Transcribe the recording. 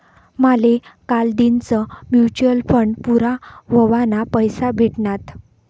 माले कालदीनच mutual fund पूरा व्हवाना पैसा भेटनात